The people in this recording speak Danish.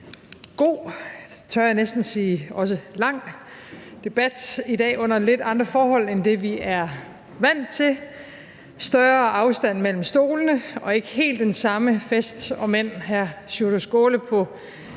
en – tør jeg næsten sige – også lang debat i dag under lidt andre forhold end det, som vi er vant til: større afstand mellem stolene og ikke helt den samme fest, om end hr. Sjúrður Skaale på